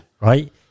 right